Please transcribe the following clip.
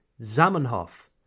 Zamenhof